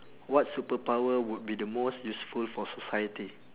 what superpower would be the most useful for society